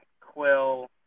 Quill